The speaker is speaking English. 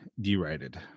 derided